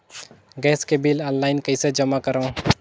Gas के bill online कइसे जमा करव?